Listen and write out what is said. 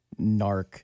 narc